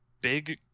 big